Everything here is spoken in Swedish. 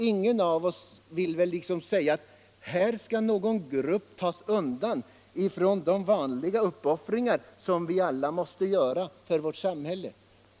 Ingen av oss vill väl att någon grupp skall tas undan från de vanliga uppoffringar som vi alla måste göra för vårt samhälle.